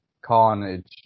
Carnage